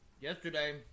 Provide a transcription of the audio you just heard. Yesterday